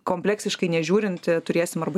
kompleksiškai nežiūrint turėsim arba